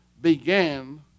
began